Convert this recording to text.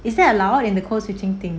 is that allow in the code switching thing